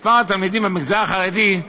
מספר התלמידים במגזר החרדי,